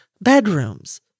bedrooms